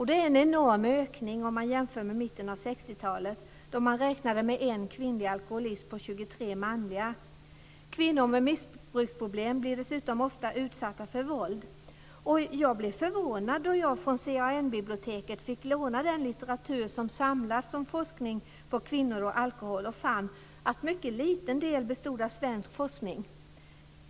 Det är en enorm ökning jämfört med mitten av 60-talet, då man räknade med en kvinnlig alkoholist på 23 Kvinnor med missbruksproblem blir dessutom ofta utsatta för våld. Jag blev förvånad då jag från CAN-biblioteket fick låna den litteratur som samlats om forskning kring kvinnor och alkohol och fann att en mycket liten del bestod av svensk forskning.